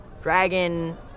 Dragon